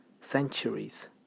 centuries